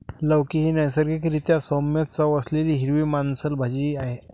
लौकी ही नैसर्गिक रीत्या सौम्य चव असलेली हिरवी मांसल भाजी आहे